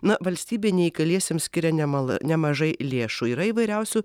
na valstybė neįgaliesiems skiria nemal nemažai lėšų yra įvairiausių